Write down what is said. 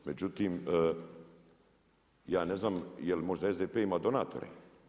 Međutim, ja ne znam je li možda SDP ima donatore.